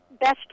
best